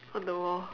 on the wall